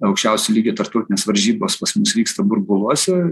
aukščiausio lygio tarptautinės varžybos pas mus vyksta burbuluose